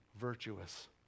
virtuous